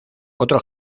otro